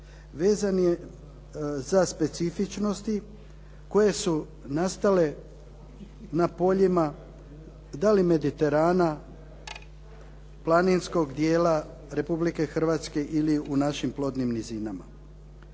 Vezan je za specifičnosti koje su nastale na poljima da li mediterana, planinskog dijela Republike Hrvatske ili u našim plodnim nizinama.